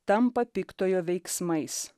tampa piktojo veiksmais